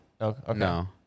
No